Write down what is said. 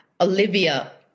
Olivia